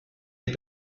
des